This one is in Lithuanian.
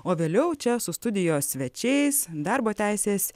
o vėliau čia su studijos svečiais darbo teisės